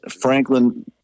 Franklin